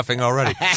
already